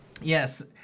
Yes